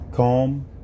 Calm